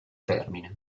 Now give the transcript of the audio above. termine